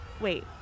wait